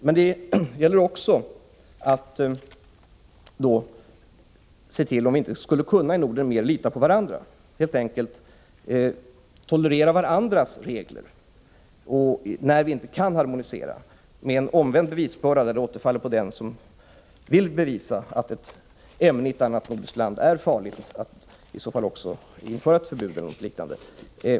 Men det gäller också att se till att vi i Norden kan mer lita på varandra, helt enkelt tolerera varandras regler, när vi inte kan harmonisera. Den omvända bevisbördan innebär att det åligger den som vill ha förbud mot ett visst ämne i ett annat land att bevisa att ämnet är farligt.